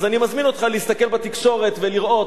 אז אני מזמין אותך להסתכל בתקשורת ולראות.